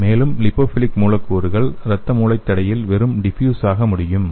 மேலும் லிபோபிலிக் மூலக்கூறுகள் இரத்த மூளைத் தடையில் வெறுமனே டிப்யூஸ் ஆக கூடும்